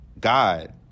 God